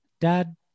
dad